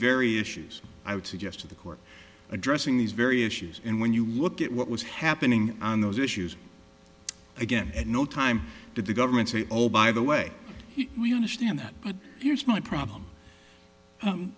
issues i would suggest to the court addressing these very issues and when you look at what was happening on those issues again at no time did the government say oh by the way we understand that but here's my problem